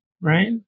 right